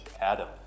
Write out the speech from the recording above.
Adam